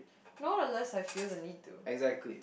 not unless I feel the need to